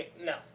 no